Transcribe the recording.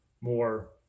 more